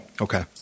Okay